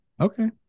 Okay